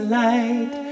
light